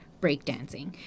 breakdancing